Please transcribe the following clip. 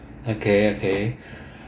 okay okay